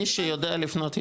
מי שיודע לפנות,